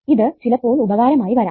ഇത് ചിലപ്പോൾ ഉപകാരമായി വരാം